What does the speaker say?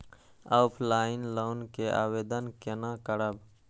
Offline loan के आवेदन केना करब?